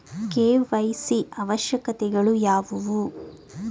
KYC ಅವಶ್ಯಕತೆಗಳು ಯಾವುವು?